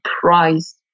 price